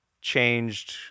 changed